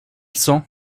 cent